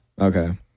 Okay